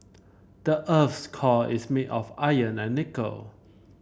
the earth's core is made of iron and nickel